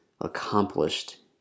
accomplished